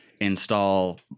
Install